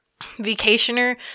vacationer